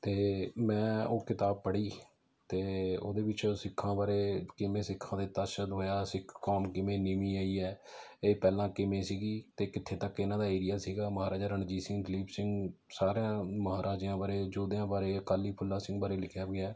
ਅਤੇ ਮੈਂ ਉਹ ਕਿਤਾਬ ਪੜ੍ਹੀ ਅਤੇ ਉਹਦੇ ਵਿੱਚ ਸਿੱਖਾਂ ਬਾਰੇ ਕਿਵੇਂ ਸਿੱਖਾਂ 'ਤੇ ਤਸ਼ੱਦਦ ਹੋਇਆ ਸਿੱਖ ਕੌਮ ਕਿਵੇਂ ਨਿਮੀ ਆਈ ਹੈ ਇਹ ਪਹਿਲਾਂ ਕਿਵੇਂ ਸੀਗੀ ਅਤੇ ਕਿੱਥੇ ਤੱਕ ਇਹਨਾਂ ਦਾ ਏਰੀਆ ਸੀਗਾ ਮਹਾਰਾਜਾ ਰਣਜੀਤ ਸਿੰਘ ਦਲੀਪ ਸਿੰਘ ਸਾਰਿਆਂ ਮਹਾਰਾਜਿਆਂ ਬਾਰੇ ਯੋਧਿਆਂ ਬਾਰੇ ਅਕਾਲੀ ਫੂਲਾ ਸਿੰਘ ਬਾਰੇ ਲਿਖਿਆ ਗਿਆ